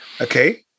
okay